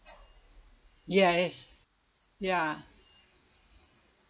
yes ya